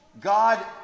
God